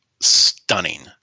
stunning